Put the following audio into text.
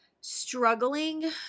struggling